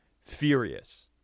furious